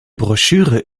broschüre